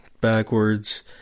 backwards